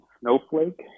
Snowflake